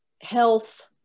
health